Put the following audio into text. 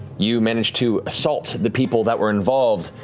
you managed to assault the people that were involved,